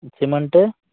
cement